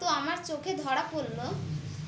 তো আমার চোখে ধরা পড়ল